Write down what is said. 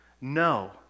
no